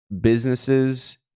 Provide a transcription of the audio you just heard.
businesses